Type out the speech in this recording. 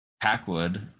Packwood